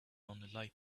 light